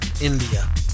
India